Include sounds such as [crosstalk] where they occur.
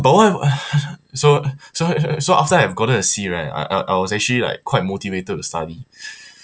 but what hap~ ugh so so [noise] so after I've gotten a C right I I was actually like quite motivated to study [breath]